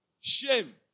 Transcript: Shame